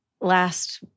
last